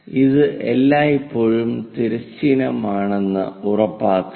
ഇത് എല്ലായ്പ്പോഴും തിരശ്ചീനമാണെന്ന് ഉറപ്പാക്കുക